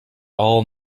all